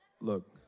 Look